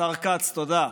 השר כץ, תודה.